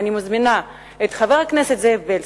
ואני מזמינה את חבר הכנסת זאב בילסקי,